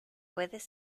puedes